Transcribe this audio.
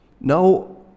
now